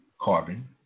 carbon